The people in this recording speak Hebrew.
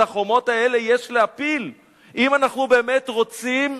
את החומות האלה יש להפיל אם אנחנו באמת רוצים,